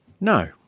No